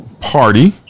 party